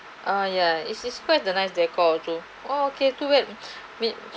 ah yeah it's it's quite the nice décor to oh okay to that mean